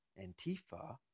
antifa